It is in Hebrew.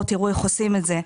בואו תראו איך עושים את זה.